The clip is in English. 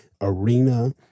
arena